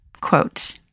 quote